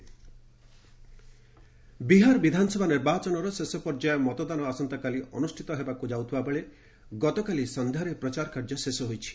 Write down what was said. Bihar election Bihar ବିଧାନସଭା ନିର୍ବାଚନର ଶେଷ ପର୍ଯ୍ୟାୟ ମତଦାନ ଆସନ୍ତାକାଲି ଅନୁଷ୍ଠିତ ହେଉଥିବାକୁ ଯାଉଥିବାବେଳେ ଗତକାଲି ସନ୍ଧ୍ୟାରେ ପ୍ରଚାର କାର୍ଯ୍ୟ ଶେଷ ହୋଇଛି